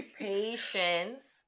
Patience